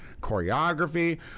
choreography